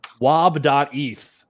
wob.eth